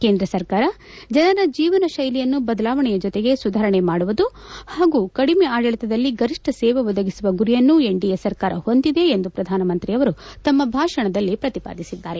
ಕೇಂದ್ರ ಸರ್ಕಾರ ಜನರ ಜೀವನ ಶೈಲಿಯನ್ನು ಬದಲಾವಣೆ ಜೊತೆಗೆ ಸುಧಾರಣೆ ಮಾಡುವುದು ಹಾಗೂ ಕಡಿಮೆ ಆಡಳಿತದಲ್ಲಿ ಗರಿಷ್ಟ ಸೇವೆ ಒದಗಿಸುವ ಗುರಿಯನ್ನು ಎನ್ಡಿಎ ಸರ್ಕಾರ ಹೊಂದಿದೆ ಎಂದು ಶ್ರಧಾನಮಂತ್ರಿ ಅವರು ತಮ್ನ ಭಾಷಣದಲ್ಲಿ ಪ್ರತಿಪಾದಿಸಿದ್ದಾರೆ